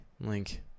Link